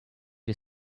you